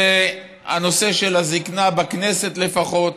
שהנושא של הזקנה, בכנסת לפחות,